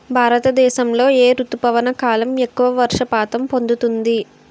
భారతదేశంలో ఏ రుతుపవన కాలం ఎక్కువ వర్షపాతం పొందుతుంది?